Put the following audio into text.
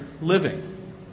Living